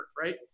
right